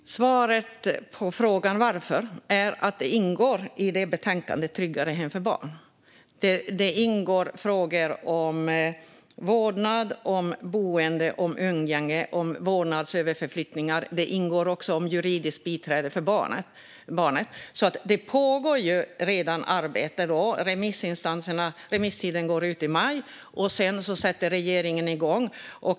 Herr talman! Svaret på frågan varför är att detta ingår i betänkandet Tryggare hem för barn . Här ingår frågor om vårdnad, boende, umgänge, vårdnadsöverflyttningar och juridiskt biträde för barn. Det pågår redan arbete, och remisstiden går ut i maj. Sedan sätter regeringen igång.